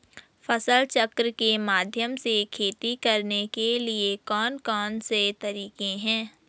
फसल चक्र के माध्यम से खेती करने के लिए कौन कौन से तरीके हैं?